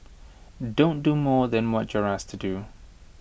don't do more than what you're asked to do